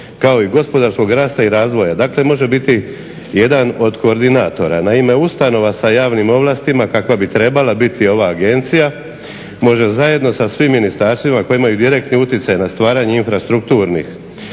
kao i gospodarskog rasta i razvoja, dakle može biti jedan od koordinatora. Naime, ustanova sa javnim ovlastima kakva bi trebala biti ova agencija može zajedno sa svim ministarstvima koji imaju direktni utjecaj na stvaranje infrastrukturnih,